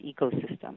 ecosystem